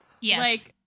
Yes